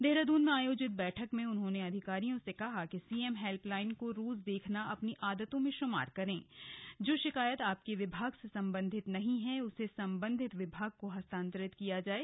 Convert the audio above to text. देहरादून में आयोजित बैठक में उन्होने अधिकारियों से कहा कि सीएम हेल्पलाइन को रोज देखना अपनी आदतों में शामिल करें जो शिकायत आपके विभाग से सम्बन्धित नही है उसे सम्बन्धित विभाग को हस्तान्तरित किया जाये